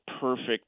perfect